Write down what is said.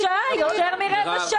זה לא